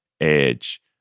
edge